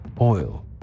oil